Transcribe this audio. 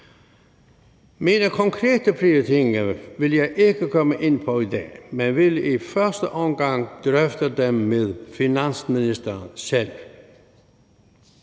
Mine konkrete prioriteringer vil jeg ikke komme ind på i dag. Dem vil jeg i første omgang drøfte med finansministeren selv.